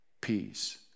peace